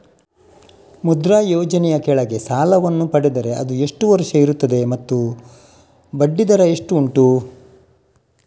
ಮುದ್ರಾ ಯೋಜನೆ ಯ ಕೆಳಗೆ ಸಾಲ ವನ್ನು ಪಡೆದರೆ ಅದು ಎಷ್ಟು ವರುಷ ಇರುತ್ತದೆ ಮತ್ತು ಬಡ್ಡಿ ದರ ಎಷ್ಟು ಉಂಟು?